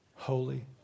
Holy